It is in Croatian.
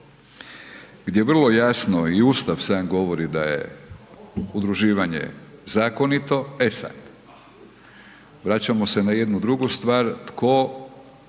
gdje vrlo jasno i Ustav sam govori da je udruživanje zakonito, e sad. Vraćamo se na jednu drugu stvar, tko